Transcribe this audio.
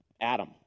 Adam